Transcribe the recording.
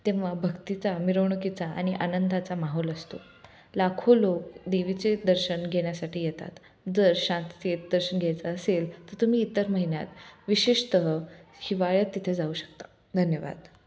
तेव्हा भक्तीचा मिरवणुकीचा आणि आनंदाचा माहोल असतो लाखो लोक देवीचे दर्शन घेण्या्साठी येतात जर शांततेत दर्शन घ्यायचं असेल तर तुम्ही इतर महिन्यात विशेषतः हिवाळ्यात तिथे जाऊ शकता धन्यवाद